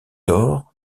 thor